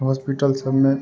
hospital सभमे